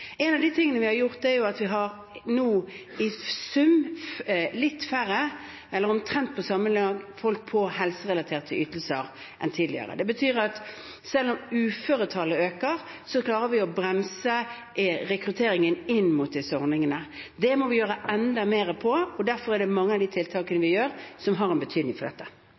En av de tingene vi har gjort, er at vi nå i sum har litt færre folk på helserelaterte ytelser enn tidligere – eller det er omtrent på samme nivå. Det betyr at selv om uføretallet øker, klarer vi å bremse rekrutteringen inn mot disse ordningene. Der må vi gjøre enda mer, og derfor er det mange av de tiltakene vi gjør, som har en betydning for dette.